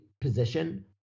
position